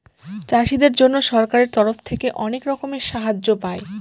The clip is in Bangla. চাষীদের জন্য সরকারের তরফ থেকে অনেক রকমের সাহায্য পায়